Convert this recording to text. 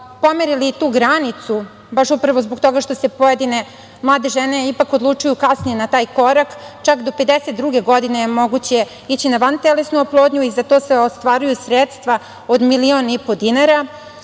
pomerili i tu granicu baš upravo zbog toga što se pojedine mlade žene ipak odlučuju kasnije na taj korak. Čak do 52. godine je moguće ići na vantelesnu oplodnju i za to se ostvaruju sredstva od milion i po dinara. Zatim,